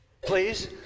Please